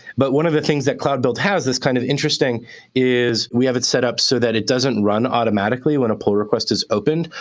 but one of the things that cloud build has that's kind of interesting is we have it set up so that it doesn't run automatically when a pull request is opened.